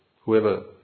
whoever